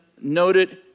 noted